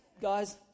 guys